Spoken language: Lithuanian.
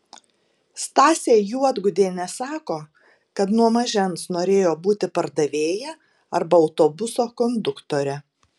stasė juodgudienė sako kad nuo mažens norėjo būti pardavėja arba autobuso konduktore